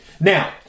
Now